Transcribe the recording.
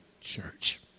church